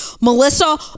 Melissa